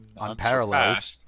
unparalleled